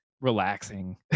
relaxing